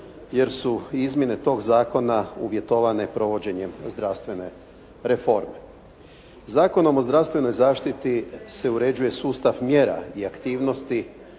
jer su izmjene tog zakona uvjetovane provođenjem zdravstvene reforme. Zakonom o zdravstvenoj zaštiti se uređuje sustav mjera i aktivnosti